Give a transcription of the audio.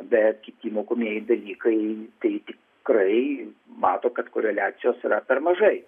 bet kiti mokomieji dalykai tai tikrai mato kad koreliacijos yra per mažai